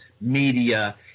media